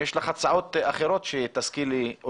והאם יש לך הצעות אחרות שאת יכולה להשכיל אותנו.